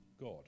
God